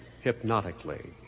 hypnotically